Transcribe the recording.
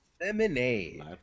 Lemonade